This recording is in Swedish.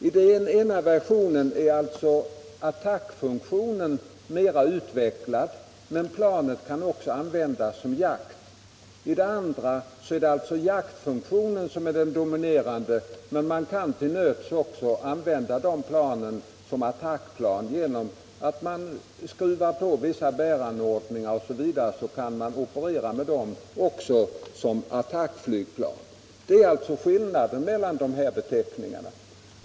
I den ena versionen är alltså attackfunktionen mera utvecklad, men planet kan också användas som jaktplan. I det andra fallet är det jaktfunktionen som är dominerande, men man kan till nöds och använda de planen som attackplan genom att man skruvar på vissa bäranordningar osv. Detta är alltså skillnaden mellan de här beteckningarna.